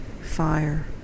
fire